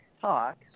talk